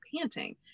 panting